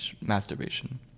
masturbation